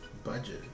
Budget